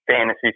fantasy